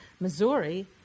Missouri